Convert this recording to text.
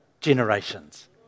generations